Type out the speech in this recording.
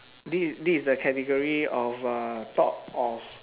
this this is the category of uh thought of